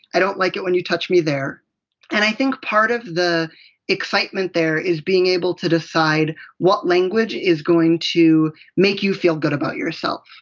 i don't like it when you touch me there! plus and i think part of the excitement there is being able to decide what language is going to make you feel good about yourself.